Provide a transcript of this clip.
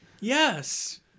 yes